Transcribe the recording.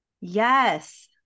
Yes